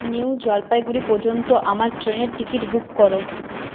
new Jalpaiguri পর্যন্ত আমার ট্রেনের টিকিট বুক কর